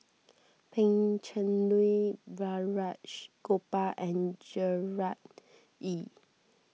Pan Cheng Lui Balraj Gopal and Gerard Ee